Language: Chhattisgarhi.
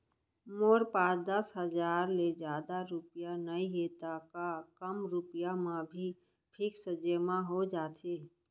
मोर पास दस हजार ले जादा रुपिया नइहे त का कम रुपिया म भी फिक्स जेमा हो जाथे?